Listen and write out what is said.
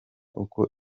uko